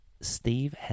Steve